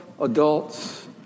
adults